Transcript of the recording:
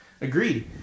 Agreed